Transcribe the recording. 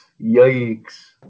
Yikes